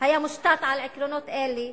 היה מושתת על עקרונות אלה,